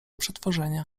przetworzenia